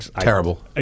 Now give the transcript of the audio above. Terrible